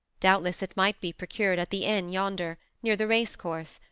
doubtless it might be procured at the inn yonder, near the racecourse,